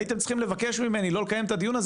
הייתם צריכים לבקש ממני לא לקיים את הדיון הזה